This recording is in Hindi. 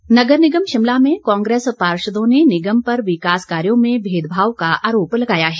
पार्षद नगर निगम शिमला में कांग्रेस पार्षदों ने निगम पर विकास कार्यों में भेदभाव का आरोप लगाया है